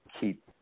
keep